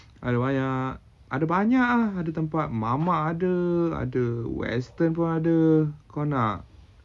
ada banyak ada banyak ah ada tempat mamak ada western pun ada kau nak